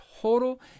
total